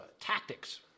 Tactics